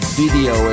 video